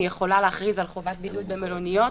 היא יכולה להכריז על חובת בידוד במלוניות,